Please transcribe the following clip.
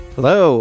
Hello